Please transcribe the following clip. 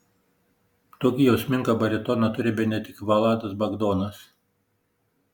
tokį jausmingą baritoną turi bene tik vladas bagdonas